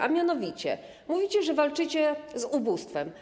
A mianowicie mówicie, że walczycie z ubóstwem.